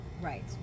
Right